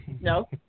No